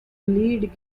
lead